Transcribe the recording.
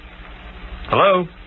Hello